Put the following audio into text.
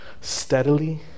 steadily